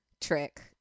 Trick